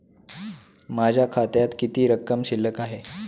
माझ्या खात्यात किती रक्कम शिल्लक आहे?